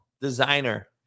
Designer